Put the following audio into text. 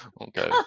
okay